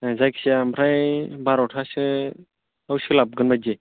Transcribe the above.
जायखिजाया ओमफ्राय बार'थासोआव सोलाबगोन बायदि